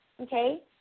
okay